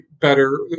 better